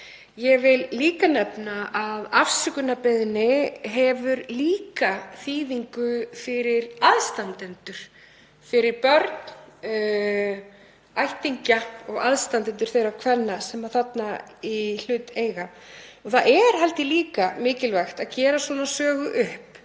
Ég vil líka nefna að afsökunarbeiðni hefur þýðingu fyrir aðstandendur, fyrir börn, ættingja og aðstandendur þeirra kvenna sem í hlut eiga. Það er líka mikilvægt að gera svona sögu upp